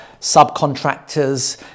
subcontractors